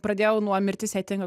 pradėjau nuo mirtis ateina